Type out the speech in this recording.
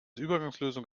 übergangslösung